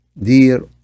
Dear